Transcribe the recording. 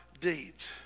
deeds